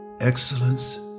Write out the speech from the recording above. Excellence